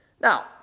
now